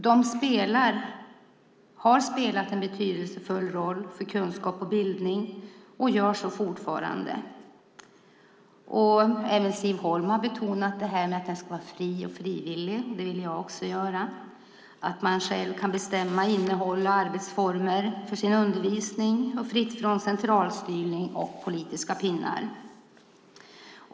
Den spelar och har spelat en betydelsefull roll för kunskap och bildning och gör så fortfarande. Siv Holma har betonat att den ska vara fri och frivillig, och det vill jag också göra. Jag vill själv kunna bestämma innehåll och arbetsformer för min undervisning, fritt från centralstyrning och politiska pekpinnar.